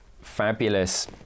fabulous